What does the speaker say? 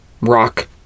rock